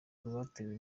rwatewe